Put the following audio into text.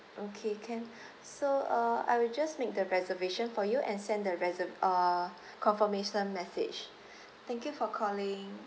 okay can so uh I will just make the reservation for you and send the reser~ uh confirmation message thank you for calling